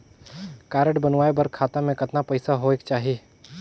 Card बनवाय बर खाता मे कतना पईसा होएक चाही?